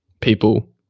people